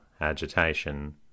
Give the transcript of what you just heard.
agitation